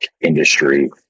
industry